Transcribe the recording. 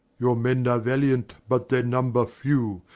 your men are valiant, but their number few,